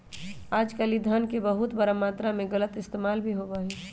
आजकल ई धन के बहुत बड़ा मात्रा में गलत इस्तेमाल भी होबा हई